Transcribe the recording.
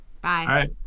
Bye